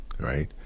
right